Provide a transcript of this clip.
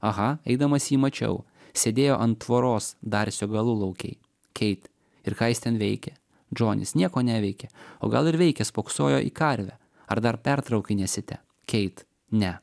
aha eidamas jį mačiau sėdėjo ant tvoros darsio galulaukėj keit ir ką jis ten veikė džonis nieko neveikė o gal ir veikė spoksojo į karvę ar dar pertraukinėsite keit ne